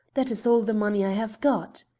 that is all the money i have got.